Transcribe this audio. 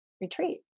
retreat